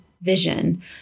vision